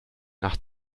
nach